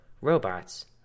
robots